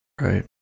right